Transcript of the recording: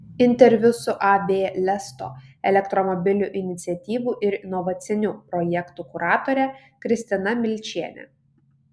interviu su ab lesto elektromobilių iniciatyvų ir inovacinių projektų kuratore kristina milčiene